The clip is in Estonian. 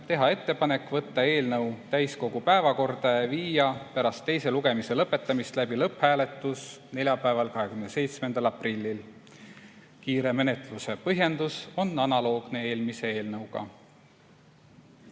teha ettepanek võtta eelnõu täiskogu päevakorda ja viia pärast teise lugemise lõpetamist läbi lõpphääletus neljapäeval, 27. aprillil. Kiire menetluse põhjendus on analoogne eelmise eelnõuga.